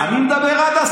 אני מדבר על עד אז.